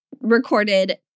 recorded